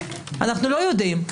אנו לא יודעים.